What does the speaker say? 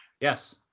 yes